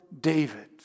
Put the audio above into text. David